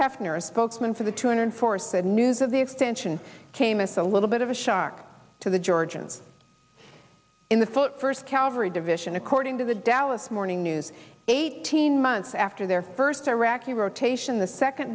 hefner a spokesman for the two hundred four said news of the extension came as a little bit of a shock to the georgians in the foot first calvary division according to the dallas morning news eighteen months after their first iraqi rotation the second